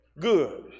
good